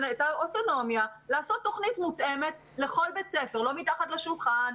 אוטונומיה לעשות תוכנית מותאמת לכל בית ספר לא מתחת לשולחן,